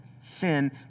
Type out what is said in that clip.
sin